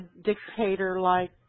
dictator-like